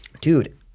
Dude